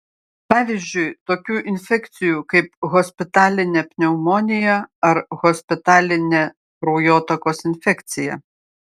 pavyzdžiui tokių infekcijų kaip hospitalinė pneumonija ar hospitalinė kraujotakos infekcija